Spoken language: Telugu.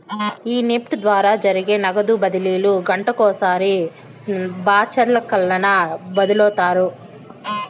ఈ నెఫ్ట్ ద్వారా జరిగే నగదు బదిలీలు గంటకొకసారి బాచల్లక్కన ఒదులుతారు